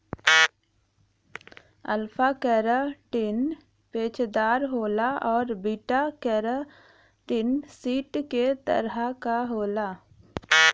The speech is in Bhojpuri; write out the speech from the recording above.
अल्फा केराटिन पेचदार होला आउर बीटा केराटिन सीट के तरह क होला